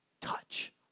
touch